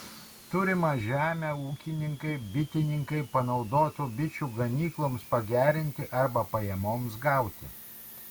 turimą žemę ūkininkai bitininkai panaudotų bičių ganykloms pagerinti arba pajamoms gauti